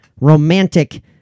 romantic